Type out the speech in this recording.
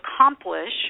accomplish